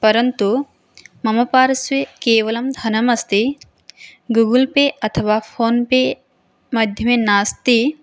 परन्तु मम पार्श्वे केवलं धनमस्ति गुगल् पे अथवा फ़ोन् पे माध्यमे नास्ति